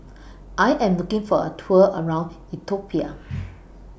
I Am looking For A Tour around Ethiopia